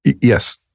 Yes